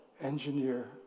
engineer